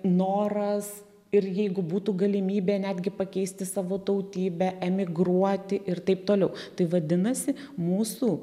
noras ir jeigu būtų galimybė netgi pakeisti savo tautybę emigruoti ir taip toliau tai vadinasi mūsų